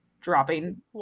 dropping